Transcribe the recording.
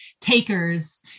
takers